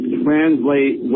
translate